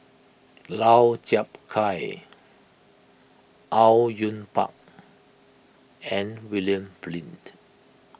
Lau Chiap Khai Au Yue Pak and William Flint